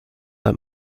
that